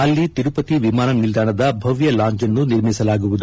ಅಲ್ಲಿ ತಿರುಪತಿ ವಿಮಾನ ನಿಲ್ದಾಣದ ಭವ್ಯ ಲಾಂಜ್ಅನ್ನು ನಿರ್ಮಿಸಲಾಗುವುದು